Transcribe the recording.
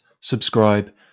subscribe